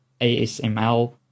ASML